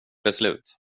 beslut